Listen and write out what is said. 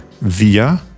via